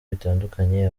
bitandukanye